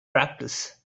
practice